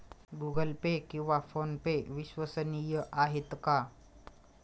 Google Pay किंवा PhonePe विश्वसनीय आहेत का?